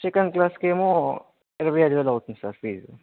second class కి ఏమో ఇరవై ఐదు వేలు అవుతుంది సార్ ఫీజు